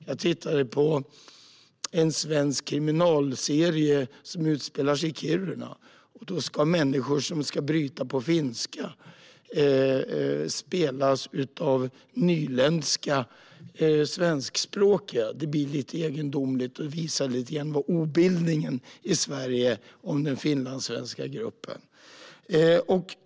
Jag tittade på en svensk kriminalserie som utspelar sig i Kiruna. Människor som ska bryta på finska spelas av nyländska svenskspråkiga. Det blir lite egendomligt och visar på obildningen i Sverige när det gäller den finlandssvenska gruppen.